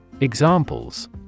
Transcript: Examples